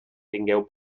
tingueu